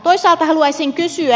toisaalta haluaisin kysyä